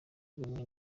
y’ubumwe